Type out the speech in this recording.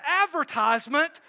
advertisement